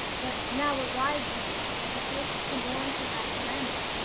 but now arrived we be, theseus, to mourn for thy calamity.